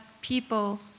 people